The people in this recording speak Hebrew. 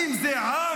האם זה עם?